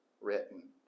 written